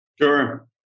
Sure